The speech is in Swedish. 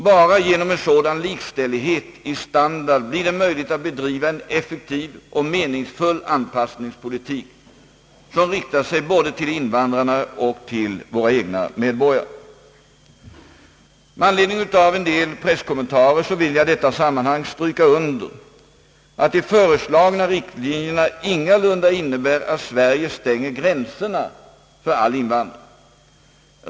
Bara genom en sådan likställighet i standard blir det möjligt att bedriva en effektiv och meningsfull anpassningspolitik som riktar sig till både invandrarna och våra egna medborgare. Med anledning av en del presskommentarer vill jag i detta sammanhang stryka under att de föreslagna riktlinjerna ingalunda innebär att Sverige stänger gränserna för all invandring.